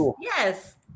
Yes